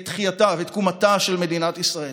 בתחייתה ותקומתה של מדינת ישראל,